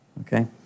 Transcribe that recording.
Okay